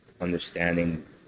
understanding